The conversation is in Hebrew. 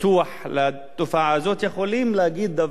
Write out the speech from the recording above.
יכולים להגיד דבר בצורה חד-משמעית: